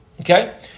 okay